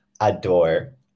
adore